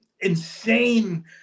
insane